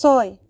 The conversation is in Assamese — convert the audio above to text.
ছয়